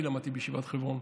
אני למדתי בישיבת חברון,